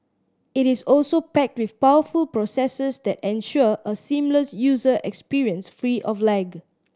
it is also packed with powerful processors that ensure a seamless user experience free of lag